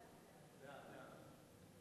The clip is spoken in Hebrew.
ההצעה להעביר